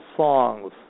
songs